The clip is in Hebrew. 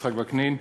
יצחק וקנין,